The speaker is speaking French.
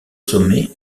sommet